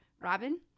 Robin